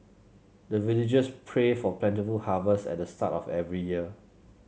the villagers pray for plentiful harvest at the start of every year